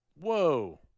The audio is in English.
Whoa